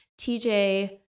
TJ